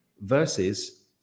versus